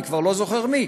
אני כבר לא זוכר מי